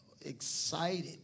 excited